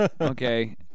Okay